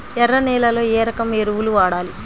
ఎర్ర నేలలో ఏ రకం ఎరువులు వాడాలి?